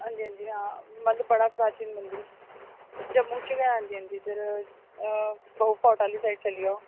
हां जी हां जी हां मतलब बड़ा प्राचीन मंदिर ऐ जम्मू च गै ऐ हां जी हां जी इद्धर बहु फोर्ट आह्ली साइड चली आओ